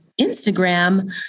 Instagram